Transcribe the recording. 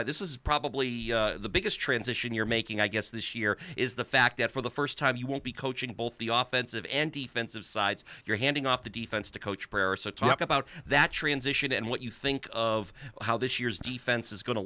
i this is probably the biggest transition you're making i guess this year is the fact that for the first time you won't be coaching both the office of and defensive sides you're handing off the defense to coach prayer so talk about that transition and what you think of how this year's defense is go